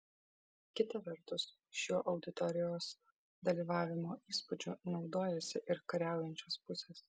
kita vertus šiuo auditorijos dalyvavimo įspūdžiu naudojasi ir kariaujančios pusės